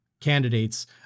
candidates